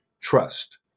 trust